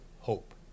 hope